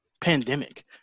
pandemic